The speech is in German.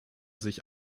sich